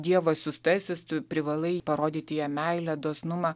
dievo siųstasis tu privalai parodyti jam meilę dosnumą